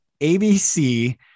ABC